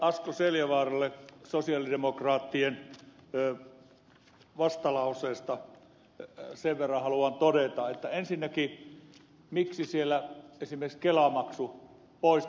asko seljavaaralle sosialidemokraattien vastalauseesta haluan todeta ensinnäkin miksi siellä esimerkiksi kelamaksun poistaminen on mainittu